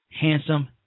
handsome